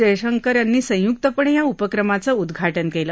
जयशंकर यांनी संयुक्तपणे या उपक्रमाचं उद्घाटन केलं